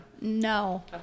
no